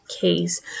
case